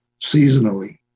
seasonally